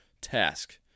task